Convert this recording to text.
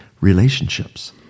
Relationships